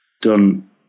done